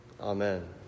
amen